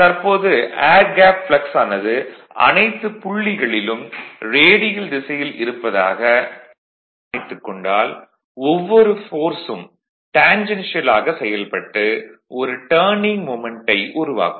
தற்போது air gap flux ஆனது அனைத்து புள்ளிகளிலும் ரேடியல் திசையில் இருப்பதாக அனுமானித்துக் கொண்டால் ஒவ்வொரு ஃபோர்ஸ் ம் டேன்ஜென்ஷியல் ஆக செயல்பட்டு ஒரு டர்னிங் மொமன்ட்டை உருவாக்கும்